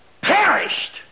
perished